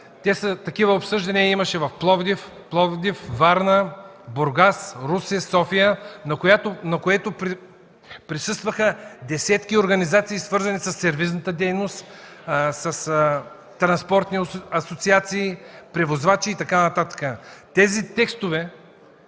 Такива обсъждания имаше в Пловдив, Варна, Бургас, Русе, в София, на които присъстваха десетки организации, свързани със сервизната дейност, с транспортни асоциации, превозвачи и така нататък. По-голямата